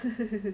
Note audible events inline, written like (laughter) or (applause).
(laughs)